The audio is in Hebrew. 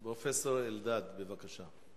פרופסור אלדד, בבקשה.